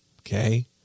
Okay